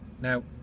Now